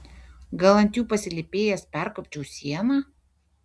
gal ant jų pasilypėjęs perkopčiau sieną